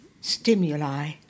Stimuli